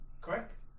correct